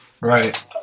Right